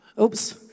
Oops